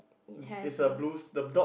it has a